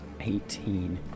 Eighteen